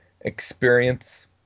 experience